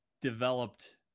developed